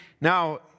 Now